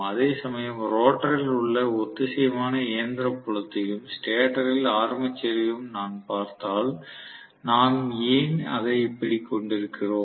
அதேசமயம் ரோட்டரில் உள்ள ஒத்திசைவான இயந்திர புலத்தையும் ஸ்டேட்டரில் ஆர்மேச்சரையும் நான் பார்த்தால் நாம் ஏன் இதை இப்படி கொண்டிருக்கிறோம்